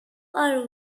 are